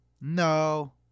No